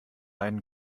einen